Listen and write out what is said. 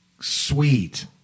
Sweet